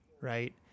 Right